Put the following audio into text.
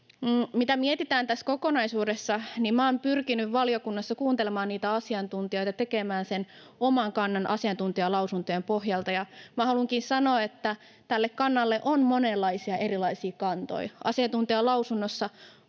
Mitä mietitään tästä kokonaisuudesta, niin minä olen pyrkinyt valiokunnassa kuuntelemaan niitä asiantuntijoita, tekemään sen oman kannan asiantuntijalausuntojen pohjalta. Minä haluankin sanoa, että tälle on monenlaisia erilaisia kantoja. Asiantuntijalausunnoissa